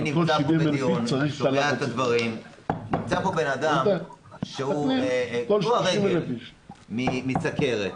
אני --- בלהט הדברים ,נמצא פה אדם שהוא קטוע רגל מסכרת,